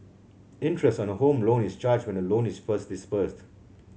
interest on a Home Loan is charged when the loan is first disbursed